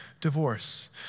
divorce